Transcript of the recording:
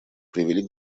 привели